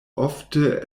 ofte